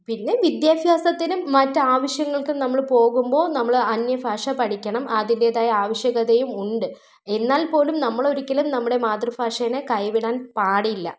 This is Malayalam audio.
പിന്നെ വിദ്യഫ്യാസത്തിനും മറ്റ് ആവശ്യങ്ങൾക്കും നമ്മൾ പോകുമ്പോൾ നമ്മൾ അന്യഫാഷ പഠിക്കണം അതിൻറ്റേതായ ആവശ്യകതയും ഉണ്ട് എന്നാൽ പോലും നമ്മളൊരിക്കലും നമ്മുടെ മാതൃഫാഷയെ കൈവിടാൻ പാടില്ല